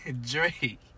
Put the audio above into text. Drake